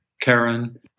Karen